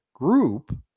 group